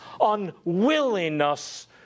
unwillingness